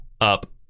up